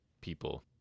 people